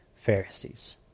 Pharisees